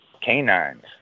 canines